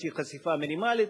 איזושהי חשיפה מינימלית.